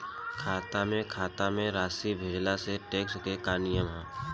खाता से खाता में राशि भेजला से टेक्स के का नियम ह?